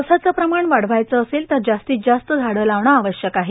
पावसाचं माण वाढवायचं असेल तर जा तीत जा त झांडं लावणं आव यक आहे